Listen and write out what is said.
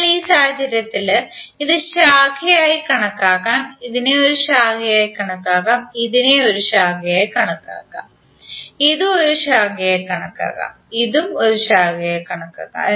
അതിനാൽ ഈ സാഹചര്യത്തിൽ ഇത് ശാഖയായി കണക്കാക്കാം ഇതിനെ ഒരു ശാഖയായി കണക്കാക്കാം ഇതിനെ ഒരു ശാഖയായി കണക്കാക്കാം ഇതും ഒരു ശാഖയായി കണക്കാക്കാം ഇതും ഒരു ശാഖയായി കണക്കാക്കാം